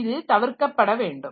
இது தவிர்க்கப்பட வேண்டும்